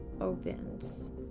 Opens